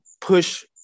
push